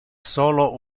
solo